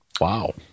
Wow